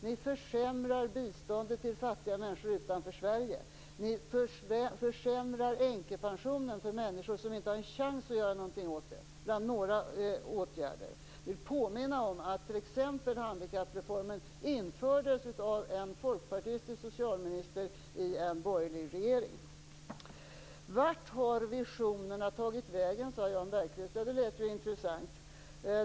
Ni försämrar biståndet till fattiga människor utanför Sverige. Ni försämrar änkepensionen för människor som inte har en chans att göra någonting åt det. Detta är bara några åtgärder. Jag vill påminna om att handikappreformen genomfördes av en folkpartistisk socialminister i en borgerlig regering. Vart har tagit visionerna tagit vägen? frågade Jan Bergqvist. Ja, det lät ju intressant.